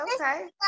okay